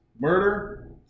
murder